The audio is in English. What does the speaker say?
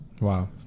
Wow